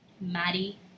Maddie